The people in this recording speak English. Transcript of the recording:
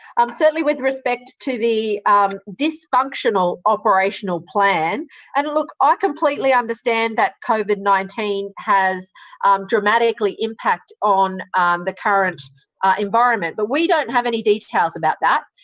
um certainly, with respect to the dysfunctional operational plan and look, i completely understand that covid nineteen has dramatically impacted on the current environment, but we don't have any details about that.